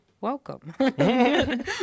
welcome